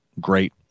great